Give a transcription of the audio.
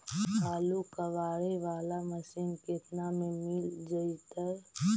आलू कबाड़े बाला मशीन केतना में मिल जइतै?